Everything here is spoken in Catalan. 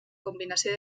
combinació